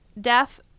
death